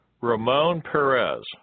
Ramon-Perez